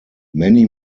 many